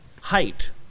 height